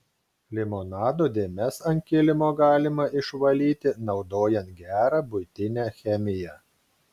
limonado dėmes ant kilimo galima išvalyti naudojant gerą buitinę chemiją